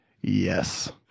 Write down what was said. Yes